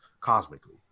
cosmically